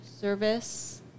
Service